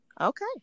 okay